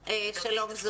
רן, שלום.